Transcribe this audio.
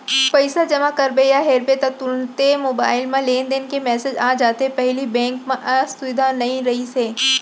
पइसा जमा करबे या हेरबे ता तुरते मोबईल म लेनदेन के मेसेज आ जाथे पहिली बेंक म ए सुबिधा नई रहिस हे